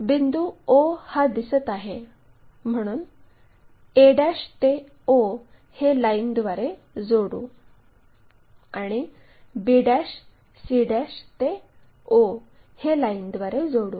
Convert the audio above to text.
बिंदू o हा दिसत आहे म्हणून a ते o हे लाईन द्वारे जोडू आणि b c ते o हे लाईन द्वारे जोडू